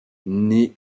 naît